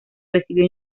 recibió